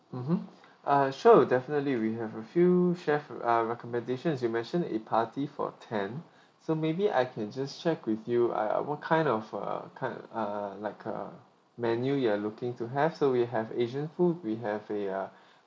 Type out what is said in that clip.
mmhmm uh sure definitely we have a few chef uh recommendations you mentioned a party for ten so maybe I can just check with you I uh what kind of uh kind uh like uh menu you're looking to have so we have asian food we have a uh